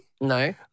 No